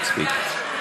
מספיק.